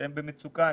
שהם במצוקה אמיתית,